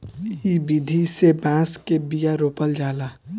इ विधि से बांस के बिया रोपल जाला